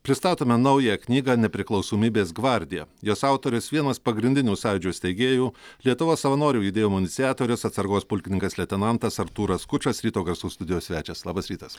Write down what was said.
pristatome naują knygą nepriklausomybės gvardija jos autorius vienas pagrindinių sąjūdžio steigėjų lietuvos savanorių judėjimo iniciatorius atsargos pulkininkas leitenantas artūras skučas ryto garsų studijos svečias labas rytas